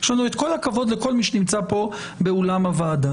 יש לנו את כל הכבוד לכל מי שנמצא פה באולם הוועדה.